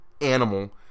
animal